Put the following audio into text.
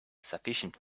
sufficient